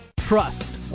Trust